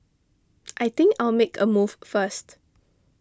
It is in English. I think I'll make a move first